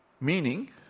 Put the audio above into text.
meaning